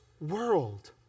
world